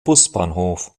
busbahnhof